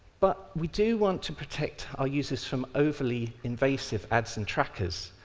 but we do want to protect our users from overly invasive ads and trackers,